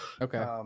Okay